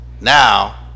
now